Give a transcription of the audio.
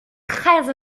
très